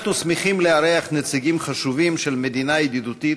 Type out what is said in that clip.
אנחנו שמחים לארח נציגים חשובים של מדינה ידידותית